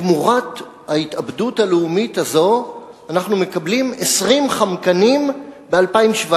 תמורת ההתאבדות הלאומית הזאת אנחנו מקבלים 20 "חמקנים" ב-2017,